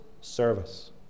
service